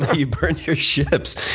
you burned your ships.